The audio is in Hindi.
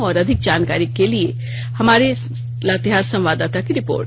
और अधिक जानकारी के साथ हमारे लातेहार संवाददाता की रिपोर्ट